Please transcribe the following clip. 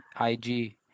IG